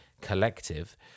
collective